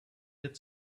did